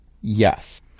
yes